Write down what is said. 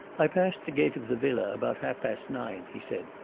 i passed the gate of the villa about half-past nine, he said.